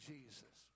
Jesus